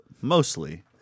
mostly